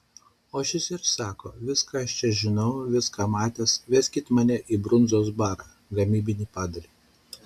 o šis ir sako viską aš čia žinau viską matęs veskit mane į brundzos barą gamybinį padalinį